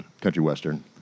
Country-western